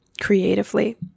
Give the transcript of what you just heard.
creatively